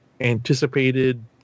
anticipated